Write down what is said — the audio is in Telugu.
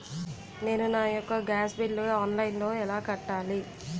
నేను నా యెక్క గ్యాస్ బిల్లు ఆన్లైన్లో ఎలా కట్టాలి?